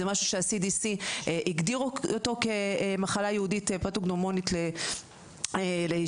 זה משהו שה-CDC הגדיר אותה כמחלה ייעודית פתוגנומונית לעישון